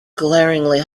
glaringly